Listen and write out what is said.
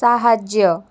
ସାହାଯ୍ୟ